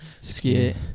Skit